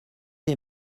lès